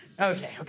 okay